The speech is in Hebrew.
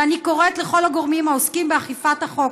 ואני קוראת לכל הגורמים העוסקים באכיפת החוק,